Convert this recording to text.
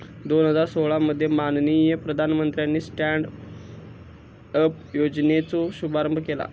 दोन हजार सोळा मध्ये माननीय प्रधानमंत्र्यानी स्टॅन्ड अप योजनेचो शुभारंभ केला